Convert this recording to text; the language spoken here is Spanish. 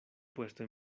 puesto